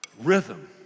Rhythm